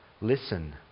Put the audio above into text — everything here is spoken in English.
Listen